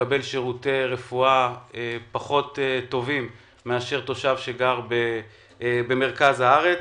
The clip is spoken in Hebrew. יקבל שירותי רפואה פחות טובים מתושב שגר במרכז הארץ.